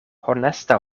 honesta